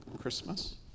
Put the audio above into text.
Christmas